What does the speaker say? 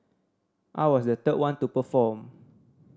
I was the third one to perform